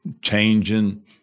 changing